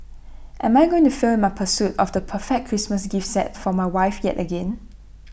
am I going to fail my pursuit of the perfect Christmas gift set for my wife yet again